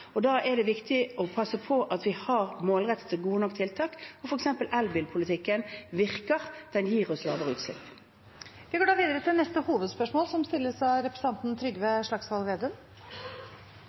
og da er det viktig å passe på at vi har målrettede og gode nok tiltak. For eksempel virker elbilpolitikken, den gir oss ikke utslipp. Vi går videre til neste hovedspørsmål. Høsten 2016 skrøt Erna Solberg av